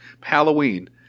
Halloween